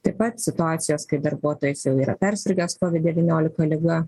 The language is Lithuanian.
taip pat situacijos kai darbuotojas jau yra persirgęs kovid devyniolika liga